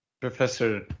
Professor